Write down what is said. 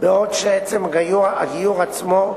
בעוד שעצם הגיור עצמו,